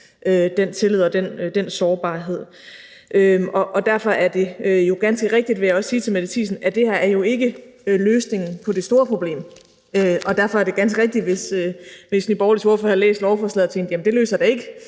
den tillid og udnytter den sårbarhed. Og derfor er det ganske rigtigt, vil jeg sige til Mette Thiesen, at det her jo ikke er løsningen på det store problem, og derfor er det også ganske rigtigt, hvis Nye Borgerliges ordfører har læst lovforslaget og tænkt, at det da ikke